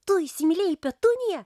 tu įsimylėjai petuniją